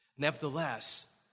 Nevertheless